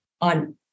on